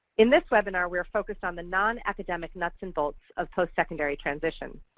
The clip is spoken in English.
in this webinar, we are focused on the non-academic nuts and bolts of postsecondary transitions.